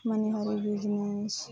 Manohari business